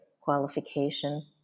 qualification